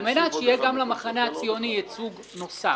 על מנת שיהיה למחנה הציוני ייצוג נוסף.